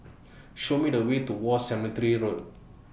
Show Me The Way to War Cemetery Road